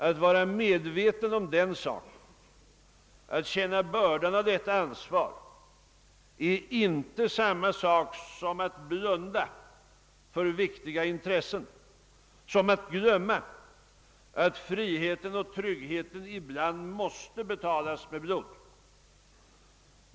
Att vara medveten om den saken, att känna bördan av detta ansvar, är inte samma sak som att blunda för viktiga intressen, som att glömma att friheten och tryggheten ibland måste betalas med blod.